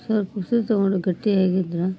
ಸ್ವಲ್ಪ ಉಸ್ರು ತಗೊಂಡು ಗಟ್ಟಿಯಾಗಿದ್ರೆ